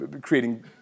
creating